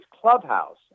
clubhouse